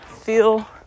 feel